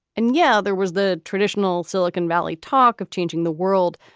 and yeah, there was the traditional silicon valley talk of changing the world,